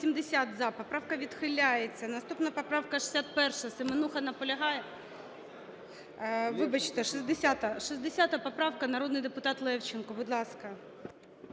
Поправка відхиляється. Наступна поправка - 61, Семенуха. Наполягає? Вибачте, 60-а. 60 поправка, народний депутат Левченко, будь ласка.